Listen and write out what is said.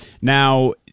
now